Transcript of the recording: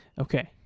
Okay